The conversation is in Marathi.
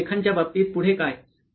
पण लेखांच्याबाबतीत पुढे काय